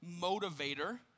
motivator